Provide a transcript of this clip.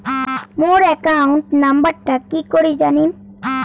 মোর account নাম্বারটা কি করি জানিম?